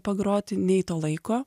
pagroti nei to laiko